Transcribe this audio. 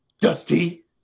Dusty